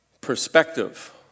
perspective